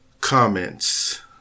comments